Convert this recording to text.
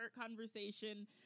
conversation